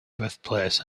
birthplace